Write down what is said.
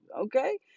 okay